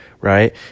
right